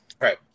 Right